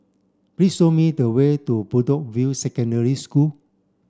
please show me the way to Bedok View Secondary School